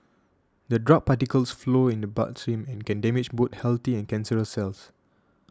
the drug particles flow in the bloodstream and can damage both healthy and cancerous cells